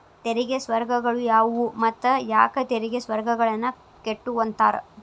ತೆರಿಗೆ ಸ್ವರ್ಗಗಳು ಯಾವುವು ಮತ್ತ ಯಾಕ್ ತೆರಿಗೆ ಸ್ವರ್ಗಗಳನ್ನ ಕೆಟ್ಟುವಂತಾರ